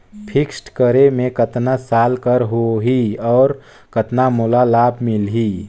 Fixed करे मे कतना साल कर हो ही और कतना मोला लाभ मिल ही?